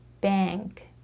bank